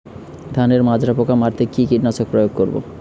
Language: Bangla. ধানের মাজরা পোকা মারতে কি কীটনাশক প্রয়োগ করব?